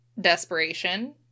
desperation